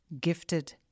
Gifted